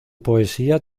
poesía